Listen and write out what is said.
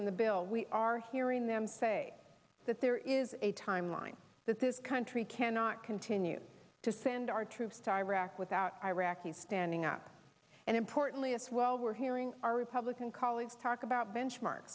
in the bill we are hearing them say that there is a timeline that this country cannot continue to send our troops to iraq without iraqi standing up and importantly as well we're hearing our republican colleagues talk about benchmark